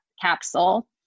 capsule